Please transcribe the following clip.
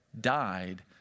died